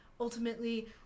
ultimately